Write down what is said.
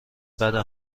بده